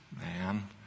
Man